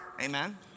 amen